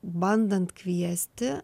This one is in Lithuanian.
bandant kviesti